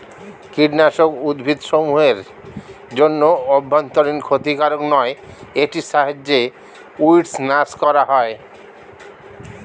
কীটনাশক উদ্ভিদসমূহ এর জন্য অভ্যন্তরীন ক্ষতিকারক নয় এটির সাহায্যে উইড্স নাস করা হয়